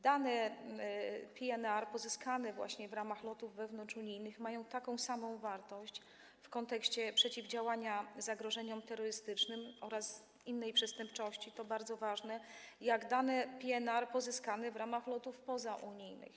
Dane PNR pozyskane właśnie w ramach lotów wewnątrzunijnych mają taką samą wartość w kontekście przeciwdziałania zagrożeniom terrorystycznym oraz innej przestępczości, co bardzo ważne, jak dane PNR pozyskane w ramach lotów pozaunijnych.